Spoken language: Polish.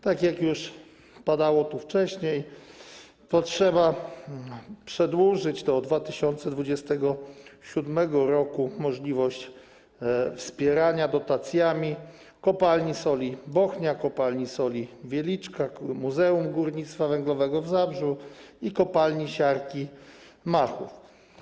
Tak jak już wcześniej tu powiedziano, trzeba przedłużyć do 2027 r. możliwość wspierania dotacjami Kopalni Soli Bochnia, Kopalni Soli Wieliczka, Muzeum Górnictwa Węglowego w Zabrzu i Kopalni Siarki Machów.